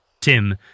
Tim